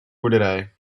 boerderij